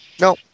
No